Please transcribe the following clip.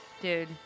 Dude